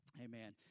Amen